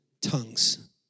tongues